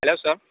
hello sir